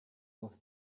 aus